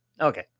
okay